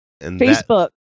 Facebook